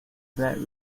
that